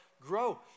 grow